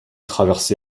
traversé